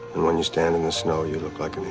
when you stand in the snow, you look like